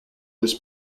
was